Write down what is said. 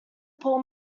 poor